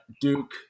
Duke